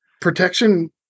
Protection